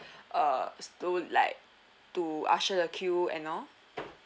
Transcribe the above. uh so like to usher the queue and all